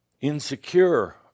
insecure